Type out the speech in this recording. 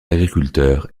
agriculteur